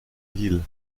ville